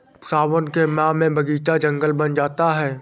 सावन के माह में बगीचा जंगल बन जाता है